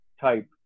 type